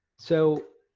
so,